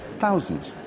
thousands,